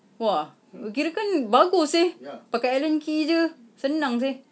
!wah! kira kan bagus seh pakai allen key jer senang seh